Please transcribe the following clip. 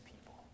people